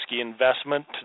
investment